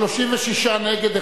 36 נגד,